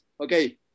okay